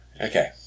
Okay